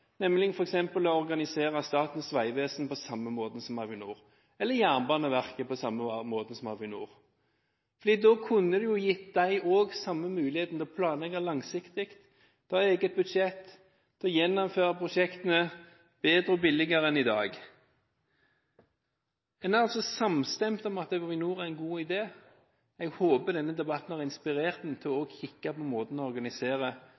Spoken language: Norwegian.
nemlig f.eks. å organisere Statens vegvesen – eller Jernbaneverket – på samme måten som Avinor? For da kunne vi jo gitt også dem den samme muligheten til å planlegge langsiktig, ha eget budsjett og gjennomføre prosjektene bedre og billigere enn i dag. En er altså samstemt om at Avinor er en god idé, og jeg håper denne debatten også har inspirert til å kikke på måten å organisere